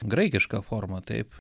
graikiška forma taip